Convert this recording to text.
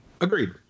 Agreed